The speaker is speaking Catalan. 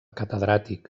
catedràtic